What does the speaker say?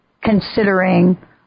considering